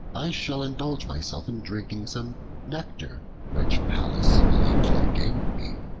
i shall indulge myself in drinking some nectar which pallas lately gave me.